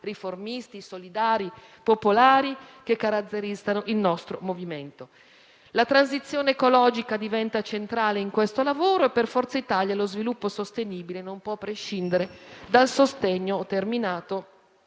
riformisti, solidaristici e popolari che caratterizzano il nostro movimento. La transizione ecologica diventa centrale in questo lavoro e per Forza Italia lo sviluppo sostenibile non può prescindere dal sostegno